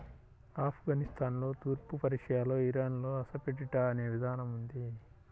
ఆఫ్ఘనిస్తాన్లో, తూర్పు పర్షియాలో, ఇరాన్లో అసఫెటిడా అనే విధానం ఉంది